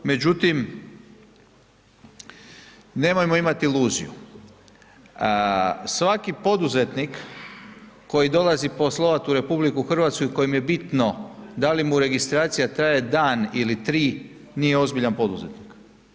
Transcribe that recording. Međutim, nemojmo imati luziju, svaki poduzetnik koji dolazi poslovat u RH i kojem je bitno da li mu registracija traje dan ili tri, nije ozbiljan poduzetnik.